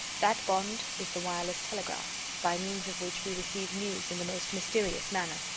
that bond is the wireless telegraph, by means of which we receive news in the most mysterious manner.